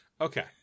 Okay